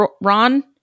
ron